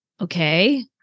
Okay